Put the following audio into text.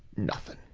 nothing!